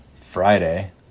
Friday